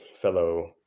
fellow